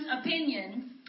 opinion